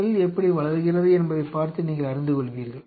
செல் எப்படி வளர்கிறது என்பதைப் பார்த்து நீங்கள் அறிந்துகொள்வீர்கள்